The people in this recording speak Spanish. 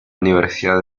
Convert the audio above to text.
universidad